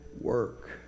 work